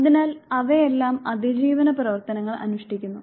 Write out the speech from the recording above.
അതിനാൽ അവയെല്ലാം അതിജീവന പ്രവർത്തനങ്ങൾ അനുഷ്ഠിക്കുന്നു